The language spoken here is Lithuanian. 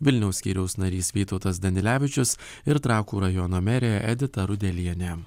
vilniaus skyriaus narys vytautas danilevičius ir trakų rajono merė edita rudelienė